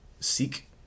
seek